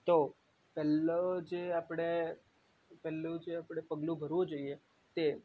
તો પહેલો જે આપણે પહેલું જે આપણે પગલું ભરવું જોઈએ તે